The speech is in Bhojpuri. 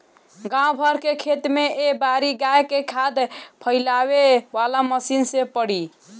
गाँव भर के खेत में ए बारी गाय के खाद फइलावे वाला मशीन से पड़ी